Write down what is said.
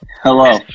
Hello